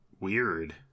Weird